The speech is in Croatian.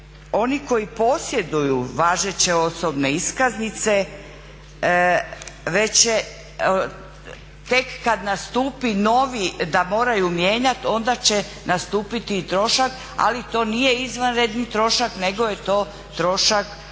oni koji posjeduju važeće osobne iskaznice tek kada nastupi novi da moraju mijenjati onda će nastupiti i trošak ali to nije izvanredni trošak nego je to trošak u slijedu.